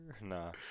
Nah